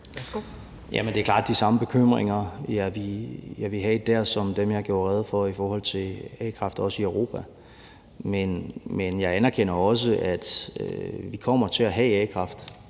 det er klart de samme bekymringer, jeg ville have der, som dem, jeg gjorde rede for i forhold til a-kraft også i Europa. Men jeg anerkender også, at vi kommer til at have a-kraft